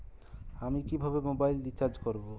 আমি কিভাবে mobile recharge করব?